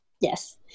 Yes